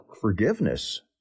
forgiveness